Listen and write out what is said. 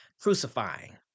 crucifying